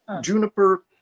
Juniper